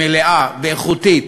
מלאה ואיכותית